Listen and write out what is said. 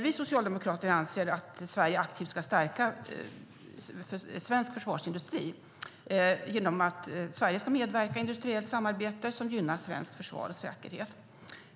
Vi socialdemokrater anser att Sverige aktivt ska stärka svensk försvarsindustri genom att medverka i industriellt samarbete som gynnar svenskt försvar och säkerhet.